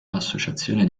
associazione